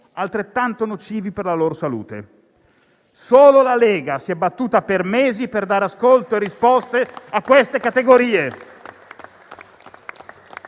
altrettanto nocivi per la loro salute. Solo la Lega si è battuta, per mesi, per dare ascolto e quindi risposte a queste categorie.